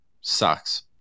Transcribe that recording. Sucks